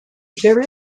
there